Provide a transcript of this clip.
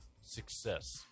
success